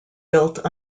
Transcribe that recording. built